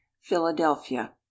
Philadelphia